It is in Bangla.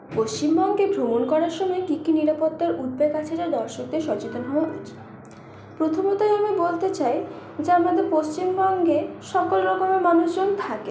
পশ্চিমবঙ্গে ভ্রমণ করার সময়ে কী কী নিরাপত্তার উদ্বেগ আছে যা দর্শকদের সচেতন হওয়া উচিত প্রথমতই তাই আমি বলতে চাই যে আমাদের পশ্চিমবঙ্গে সকল রকমের মানুষজন থাকে